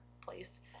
place